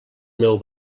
meu